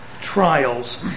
trials